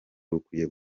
rukwiye